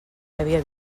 havia